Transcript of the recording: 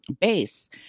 base